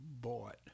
bought